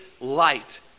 light